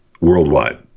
worldwide